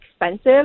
expensive